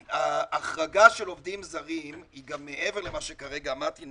החרגה של עובדים זרים היא גם מעבר למה שכרגע אמרתי,